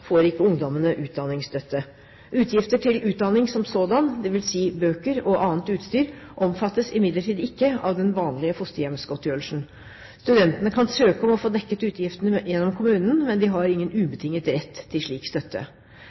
får ikke ungdommene utdanningsstøtte. Utgifter til utdanning som sådan, dvs. bøker og annet utstyr, omfattes imidlertid ikke av den vanlige fosterhjemsgodtgjørelsen. Studentene kan søke om å få dekket utgiftene gjennom kommunen, men de har ingen ubetinget rett til slik støtte.